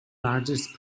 largest